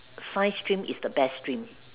science stream is the best stream